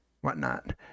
whatnot